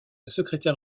secrétaire